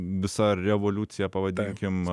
visa revoliucija pavadinkim